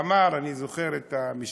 שאמר, אני זוכר את המשפט: